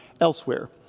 elsewhere